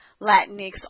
Latinx